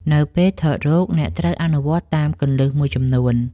នៅពេលថតរូប អ្នកត្រូវអនុវត្តតាមគន្លឹះមួយចំនួន។